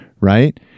right